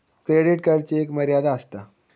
credit कार्डची एक मर्यादा आसता